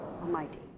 Almighty